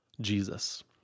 Jesus